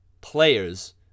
players